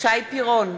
שי פירון,